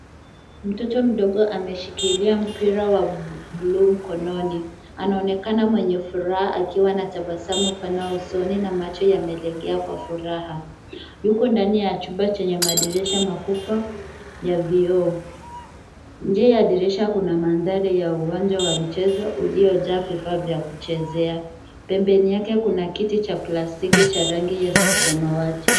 Mtoto mdogo ameshikilia mpira wa buluu mkononi. Anaonekana mwenye furaha akiwa na tabasamu pana usoni na macho yamelegea kwa furaha. Yuko ndani ya chumba chenye madirisha makubwa ya vioo. Kupitia madirisha, kuna mandhari ya uwanja wa michezo uliojaa vifaa vya kuchezea.